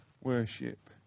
worship